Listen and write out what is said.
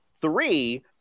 three